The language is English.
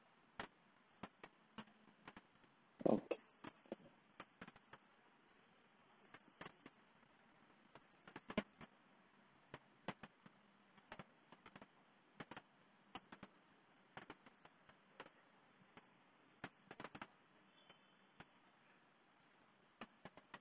okay